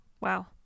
Wow